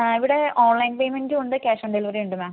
ഇവിടെ ഓൺലൈൻ പേയ്മെൻറ്റും ഉണ്ട് ക്യാഷ് ഓൺ ഡെലിവെറിയും ഉണ്ട് മാം